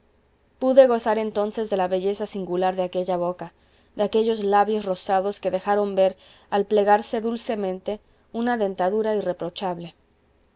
pude gozar entonces de la belleza singular de aquella boca de aquellos labios rosados que dejaron ver al plegarse dulcemente una dentadura irreprochable